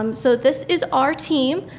um so this is our team.